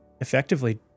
effectively